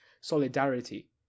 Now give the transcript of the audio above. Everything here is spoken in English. solidarity